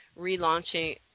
relaunching